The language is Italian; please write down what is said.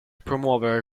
promuovere